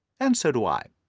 and so do i.